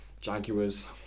Jaguars